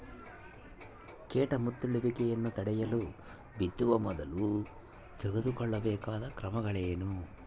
ಕೇಟ ಮುತ್ತಿಕೊಳ್ಳುವಿಕೆ ತಡೆಯಲು ಬಿತ್ತುವ ಮೊದಲು ತೆಗೆದುಕೊಳ್ಳಬೇಕಾದ ಕ್ರಮಗಳೇನು?